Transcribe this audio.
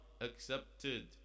accepted